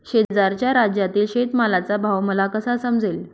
शेजारच्या राज्यातील शेतमालाचा भाव मला कसा समजेल?